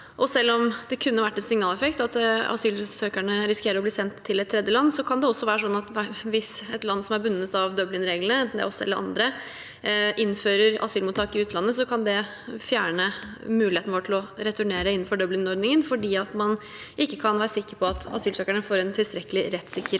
Selv om det kunne vært en signaleffekt at asylsøkerne risikerer å bli sendt til et tredjeland, kan det også være sånn at hvis et land som er bundet av Dublin-reglene – enten det er oss eller andre – innfører asylmottak i utlandet, kan det fjerne muligheten vår til å returnere innenfor Dublin-ordningen, fordi man ikke kan være sikker på at asylsøkerne får en tilstrekkelig rettssikker